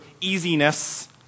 easiness